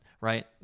right